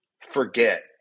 forget